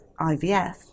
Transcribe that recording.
IVF